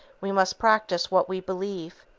we must practice what we believe.